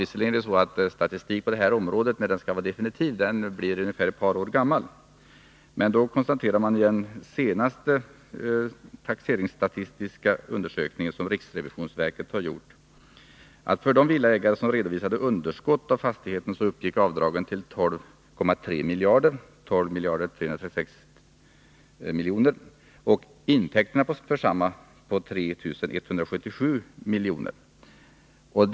Visserligen blir statistik på detta område, när den skall vara definitiv, ungefär två år gammal, men av den senaste taxeringsstatistiska undersökningen som riksrevisionsverket har gjort framgår att för de villaägare som redovisat underskott av fastigheten, uppgick avdragen till 12 336 milj.kr. Intäkterna för samma fastigheter uppgick till 3177 milj.kr.